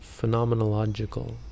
phenomenological